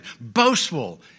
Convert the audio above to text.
boastful